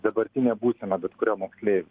dabartinę būseną bet kurio moksleivio